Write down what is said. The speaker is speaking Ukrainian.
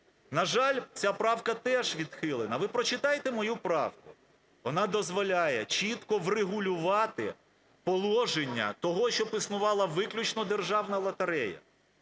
На жаль, ця правка теж відхилена. Ви прочитайте мою правку. Вона дозволяє чітко врегулювати положення того, щоб існувала виключно державна лотерея.